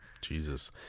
Jesus